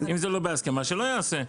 אם זה לא בהסכמה שלא יעשה.